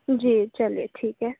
جی چلیے ٹھیک ہے